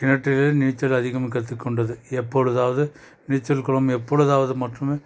கிணற்றிலே நீச்சல் அதிகம் கற்றுக்கொண்டது எப்பொழுதாவது நீச்சல் குளம் எப்பொழுதாவது மற்றும்